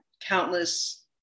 countless